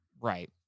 Right